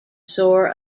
soar